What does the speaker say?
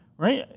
Right